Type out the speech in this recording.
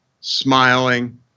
smiling